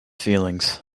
feelings